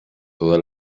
toda